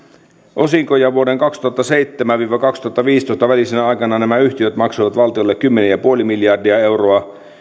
osinkoja vuosien kaksituhattaseitsemän viiva kaksituhattaviisitoista aikana nämä yhtiöt maksoivat valtiolle kymmenen pilkku viisi miljardia euroa